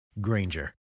Granger